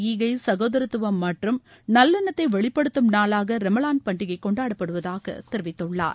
ஈகை சகோதரத்துவம் மற்றும் நவ்லெண்ணத்தை வெளிப்படுத்தும் நாளாக ரமலான் பண்டிகை கொண்டப்படுவதாக தெரிவித்துள்ளார்